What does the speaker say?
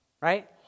right